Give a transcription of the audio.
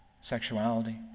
sexuality